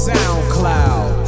SoundCloud